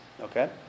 okay